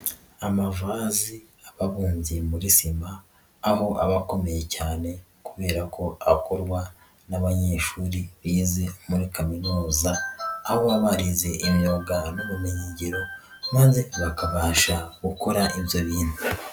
Amavazi ababundi muri sima aho abakomeye cyane kubera ko akorwa n'abanyeshuri bize muri kaminuza, aho baba barize imyuga n'ubumenyingiro, maze bakabasha gukora ibyo bintu.